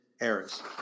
errors